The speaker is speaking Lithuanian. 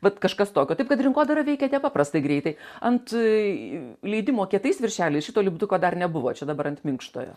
vat kažkas tokio taip kad rinkodara veikia nepaprastai greitai ant leidimo kietais viršeliais šito lipduko dar nebuvo čia dabar ant minkštojo